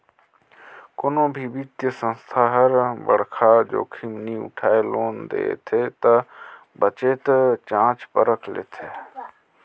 कोनो भी बित्तीय संस्था हर बड़खा जोखिम नी उठाय लोन देथे ता बतेच जांच परख कर देथे